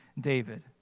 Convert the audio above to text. David